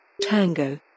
Tango